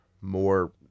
more